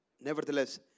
Nevertheless